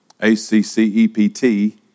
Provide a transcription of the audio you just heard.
A-C-C-E-P-T